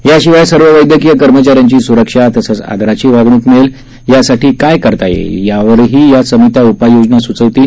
याशिवाय सर्व वद्धक्रीय कर्मचाऱ्यांची सुरक्षा तसंच त्यांना आदराची वागणूक मिळेल यासाठी काय करता येईल यावरही या समित्या उपाययोजना सुचवतील